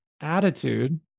attitude